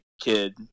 kid